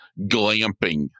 glamping